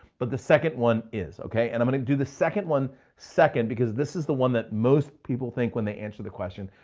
but the second one is, okay, and i'm gonna do the second one second because this is the one that most people think when they answer the question.